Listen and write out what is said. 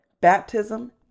baptism